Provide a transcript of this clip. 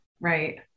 Right